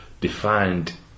defined